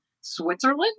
Switzerland